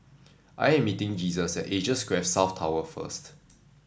I am meeting Jesus at Asia Square South Tower first